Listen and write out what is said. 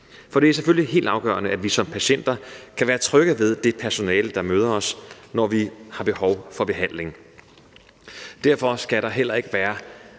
For det er selvfølgelig helt afgørende, at vi som patienter kan være trygge ved det personale, der møder os, når vi har behov for behandling. Derfor skal der heller ikke være